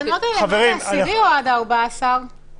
בתקנות האלו אמון הציבור שוב ייפגע.